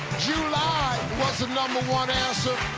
july was the number one answer.